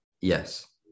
Yes